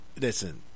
Listen